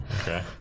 Okay